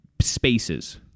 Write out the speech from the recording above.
spaces